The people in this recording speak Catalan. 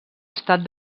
estat